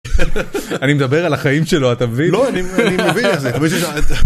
אני מדבר על החיים שלו, אתה מבין? לא, אני, אני מבין את זה.